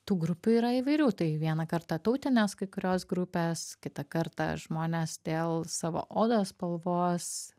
tų grupių yra įvairių tai vieną kartą tautinės kai kurios grupės kitą kartą žmonės dėl savo odos spalvos